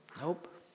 Nope